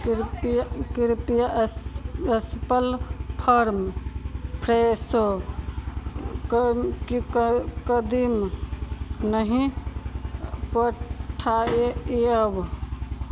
कृपया कृपया अस अस्पल फर्म फ्रेशो कम किकल कदीम नहि पठाएब